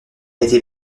été